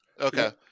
Okay